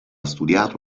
studiato